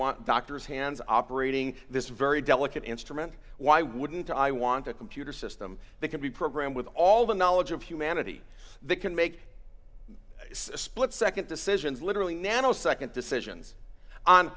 want doctors hands operating this very delicate instrument why wouldn't i want a computer system that can be programmed with all the knowledge of humanity that can make a split nd decisions literally nano nd decisions on